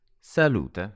salute